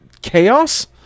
Chaos